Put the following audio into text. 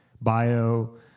bio